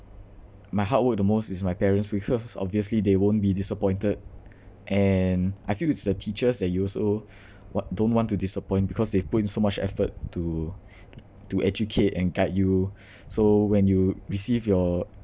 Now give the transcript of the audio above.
my hard work the most is my parents because obviously they won't be disappointed and I feel it's the teachers that you also wa~ don't want to disappoint because they've put in so much effort to to educate and guide you so when you receive your